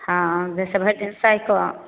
हँ जैसे भरि दिन सहिके